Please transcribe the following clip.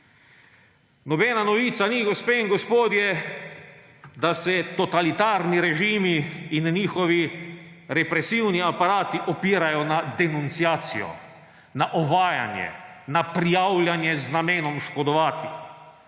Nobena novica ni, gospe in gospodje, da se totalitarni režimi in njihovi represivni aparati opirajo na denunciacijo, na ovajanje, na prijavljanje z namenom škodovati.